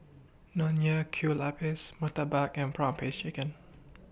Nonya Kueh Lapis Murtabak and Prawn Paste Chicken